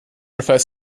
refers